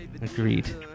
Agreed